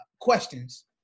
questions